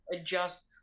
adjust